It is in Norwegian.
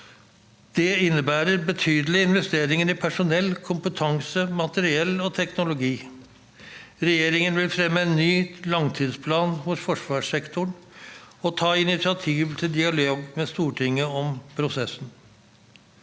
Det innebærer betydelige investeringer i personell, kompetanse, materiell og teknologi. Regjeringen vil fremme en ny langtidsplan for forsvarssektoren og ta initiativ til dialog med Stortinget om prosessen.